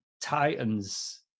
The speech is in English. Titans